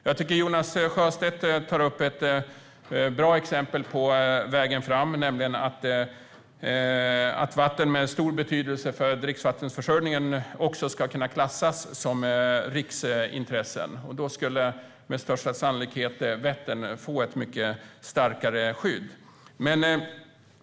Jag tycker att Jonas Sjöstedt tog upp ett bra exempel på vägen framöver, nämligen att vatten med stor betydelse för dricksvattenförsörjningen ska kunna klassas som riksintresse. Då skulle Vättern med största sannolikhet få ett mycket starkare skydd.